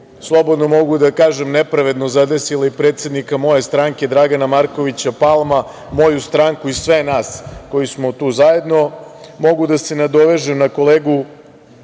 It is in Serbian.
slobodno mogu da kažem, nepravedno zadesila i predsednika moje stranke Dragana Markovića Palme, moju stranku i sve nas koji smo tu zajedno, mogu da se nadovežem na kolegu